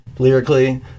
lyrically